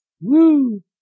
Woo